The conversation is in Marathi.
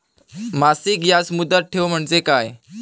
मासिक याज मुदत ठेव म्हणजे काय?